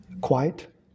Quiet